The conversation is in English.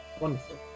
Wonderful